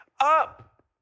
up